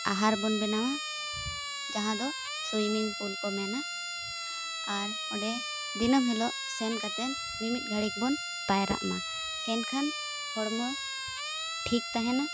ᱟᱦᱟᱨᱵᱚᱱ ᱵᱮᱱᱟᱣᱟ ᱡᱟᱦᱟᱸ ᱫᱚ ᱥᱩᱭᱢᱤᱝ ᱯᱩᱞ ᱠᱚ ᱢᱮᱱᱟ ᱟᱨ ᱚᱸᱰᱮ ᱫᱤᱱᱟᱹᱢ ᱦᱤᱞᱳᱜ ᱥᱮᱱ ᱠᱟᱛᱮ ᱢᱤᱢᱤᱫ ᱜᱷᱟᱹᱲᱤᱠ ᱵᱚᱱ ᱯᱟᱭᱨᱟᱜᱢᱟ ᱮᱱᱠᱷᱟᱱ ᱦᱚᱲᱢᱚ ᱴᱷᱤᱠ ᱛᱟᱦᱮᱱᱟ